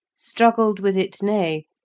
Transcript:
struggled with it nay,